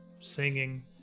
singing